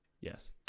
Yes